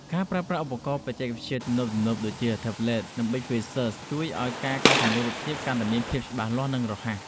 ការប្រើប្រាស់ឧបករណ៍បច្ចេកវិទ្យាទំនើបៗដូចជា ថេប្លេត និង ប៊ិចស្ទីលឡឺស ជួយឱ្យការកែសម្រួលរូបភាពកាន់តែមានភាពច្បាស់លាស់ និងរហ័ស។